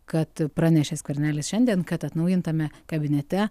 kad pranešė skvernelis šiandien kad atnaujintame kabinete